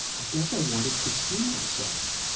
i guess i wanted to see myself.